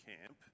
camp